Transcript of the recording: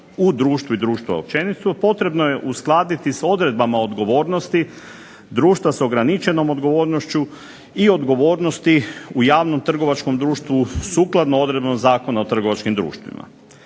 u društvu i društva općenito, potrebno je uskladiti s odredbama o odgovornosti društva s ograničenom odgovornošću i odgovornosti u javnom trgovačkom društvu sukladno odredbama Zakona o trgovačkim društvima.